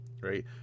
right